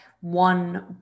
one